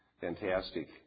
fantastic